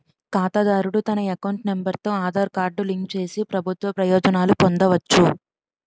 ఖాతాదారుడు తన account number తో ఆధార్ కార్డు లింక్ చేసి ప్రభుత్వ ప్రయోజనాలు పొందవచ్చు